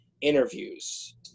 interviews